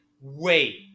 wait